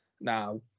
now